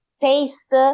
taste